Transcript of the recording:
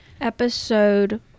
Episode